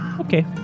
Okay